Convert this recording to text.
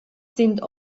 sind